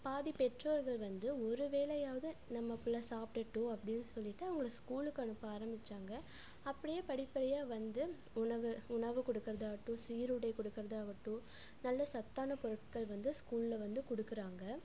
பாதி பெற்றோர்கள் வந்து ஒரு வேலையாவது நம்ம பிள்ள சாப்பிடுட்டும் அப்படின்னு சொல்லிகிட்டு அவங்கள ஸ்கூலுக்கு அனுப்ப ஆரம்பிச்சாங்க அப்படியே படிப்படியாக வந்து உணவு உணவு கொடுக்கறதாகட்டும் சீருடை கொடுக்கறதாகட்டும் நல்ல சத்தான பொருட்கள் வந்து ஸ்கூலில் வந்து கொடுக்கறாங்க